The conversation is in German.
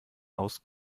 aus